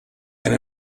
and